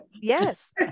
Yes